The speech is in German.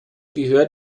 gehört